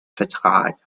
vertrag